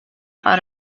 ser